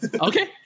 Okay